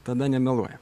tada nemeluoja